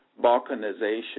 balkanization